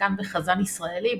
שחקן וחזן ישראלי,